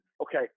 okay